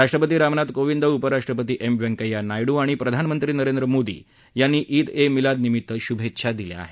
राष्ट्रपती रामनाथ कोंविद उपराष्ट्रपती एम व्यंकय्या नायडू आणि प्रधानमंत्री नरेंद्र मोदी यांनी ईद ए मिलाद निमित्त शुभेच्छा दिल्या आहेत